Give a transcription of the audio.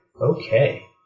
Okay